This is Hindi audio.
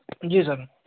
जी सर